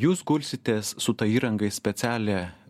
jūs gulsitės su ta įranga į specialią